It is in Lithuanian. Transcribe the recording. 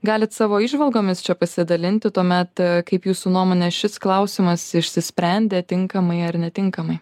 galit savo įžvalgomis čia pasidalinti tuomet kaip jūsų nuomone šis klausimas išsisprendė tinkamai ar netinkamai